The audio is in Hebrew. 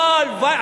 הלוואי.